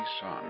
son